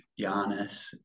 Giannis